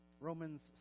Romans